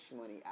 money